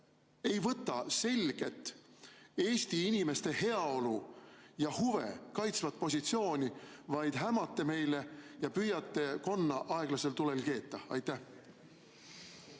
ei võta selget Eesti inimeste heaolu ja huve kaitsvat positsiooni, vaid hämate meile ja püüate konna aeglasel tulel keeta? Aitäh,